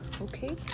Okay